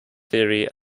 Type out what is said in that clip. theory